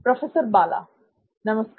professor Bala नमस्कार